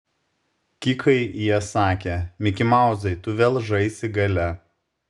kikai jie sakė mikimauzai tu vėl žaisi gale